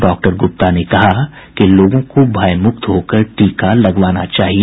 doctor Gupta ने कहा कि लोगों को भयमुक्त होकर टीका लगवाना चाहिए